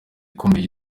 ikomeye